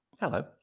Hello